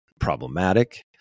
problematic